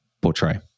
portray